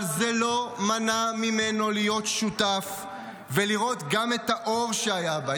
אבל זה לא מנע ממנו להיות שותף ולראות גם את האור שהיה בה,